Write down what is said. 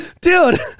Dude